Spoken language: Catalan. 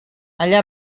allà